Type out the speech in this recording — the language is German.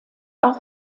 auch